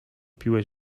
piłeś